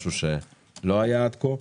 משהו שלא היה עד כה.